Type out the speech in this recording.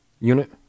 unit